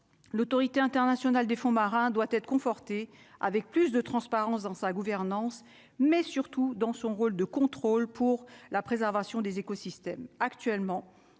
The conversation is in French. l'autorité internationale des fonds marins doit être confortée avec plus de transparence dans sa gouvernance, mais surtout dans son rôle de contrôle pour la préservation des écosystèmes actuellement